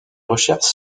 recherches